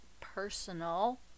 personal